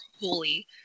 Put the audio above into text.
holy